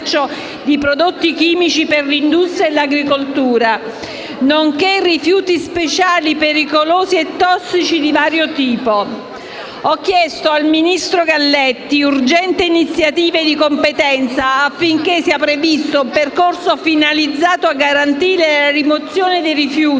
di prodotti chimici per l'industria e l'agricoltura, nonché rifiuti speciali pericolosi e tossici di vario tipo. Ho chiesto al ministro Galletti urgenti iniziative di competenza affinché sia previsto un percorso finalizzato a garantire la rimozione dei rifiuti